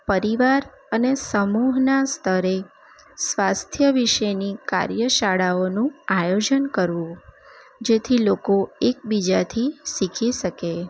પરિવાર અને સમૂહના સ્તરે સ્વાસ્થ્ય વિશેની કાર્ય શાળાઓનું આયોજન કરવું જેથી લોકો એકબીજાથી શીખી શકે